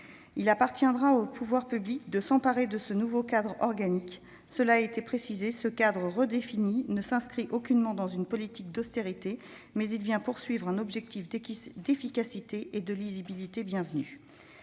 Il appartiendra aux pouvoirs publics de s'emparer de ce nouveau cadre organique. Comme cela a déjà été précisé, ce cadre redéfini ne s'inscrit aucunement dans une politique d'austérité, mais vise à atteindre un objectif bienvenu d'efficacité et de lisibilité.